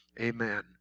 Amen